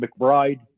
McBride